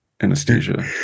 anesthesia